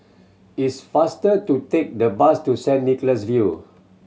it's faster to take the bus to Saint Nicholas View